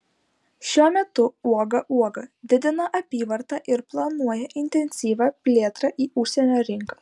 šiuo metu uoga uoga didina apyvartą ir planuoja intensyvią plėtrą į užsienio rinkas